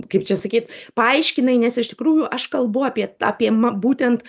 kaip čia sakyt paaiškinai nes iš tikrųjų aš kalbu apie apie ma būtent